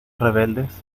rebeldes